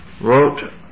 wrote